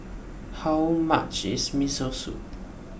how much is Miso Soup